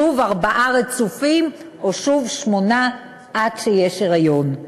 שוב ארבעה רצופים או שוב שמונה, עד שיש היריון.